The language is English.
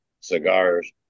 cigars